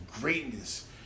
greatness